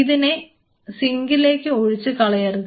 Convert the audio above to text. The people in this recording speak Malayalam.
ഇതിനെ സിങ്കിലേക്ക് ഒഴിച്ച് കളയരുത്